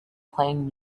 playing